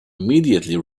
immediately